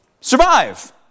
survive